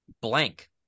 blank